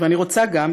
"אני רוצה גם,